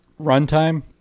runtime